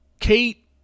Kate